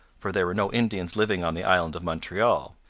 for there were no indians living on the island of montreal,